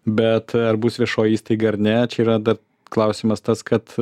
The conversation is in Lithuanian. bet ar bus viešoji įstaiga ar ne čia yra dar klausimas tas kad